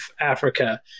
Africa